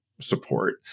support